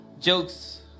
jokes